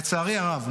לצערי הרב,